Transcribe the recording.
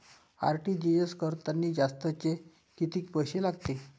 RTGS करतांनी जास्तचे कितीक पैसे लागते?